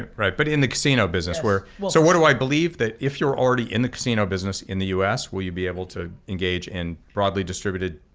ah right, but in the casino business where, so what do i believe, that if you're already in the casino business in the u s, will you be able to engage in broadly distributed,